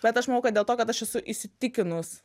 bet aš manau kad dėl to kad aš esu įsitikinus